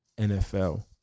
NFL